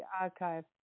archive